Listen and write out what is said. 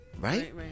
right